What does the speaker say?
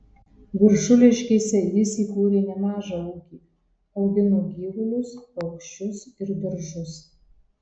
viršuliškėse jis įkūrė nemažą ūkį augino gyvulius paukščius ir daržus